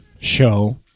show